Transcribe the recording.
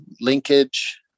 linkage